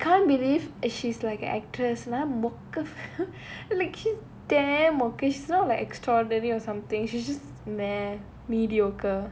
eh I I can't believe she's like a actress like she's damn not like extraordinary or something she just meh mediocre